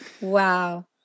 wow